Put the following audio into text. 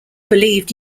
believed